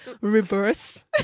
reverse